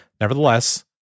Nevertheless